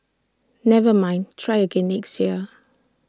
never mind try again next year